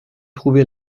trouvé